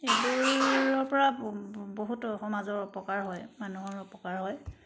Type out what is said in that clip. এইবোৰৰ পৰা বহুত সমাজৰ অপকাৰ হয় মানুহৰ অপকাৰ হয়